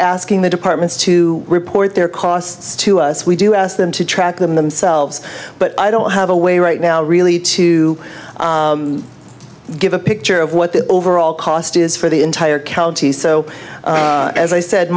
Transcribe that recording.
asking the departments to report their costs to us we do ask them to track them themselves but i don't have a way right now really to give a picture of what the overall cost is for the entire county so as i said